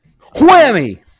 Whammy